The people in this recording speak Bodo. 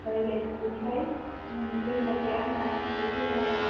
प्राइभेट बिनिखायनो दोङोना गैया होनना सोंहरग्रोनाय आरो आं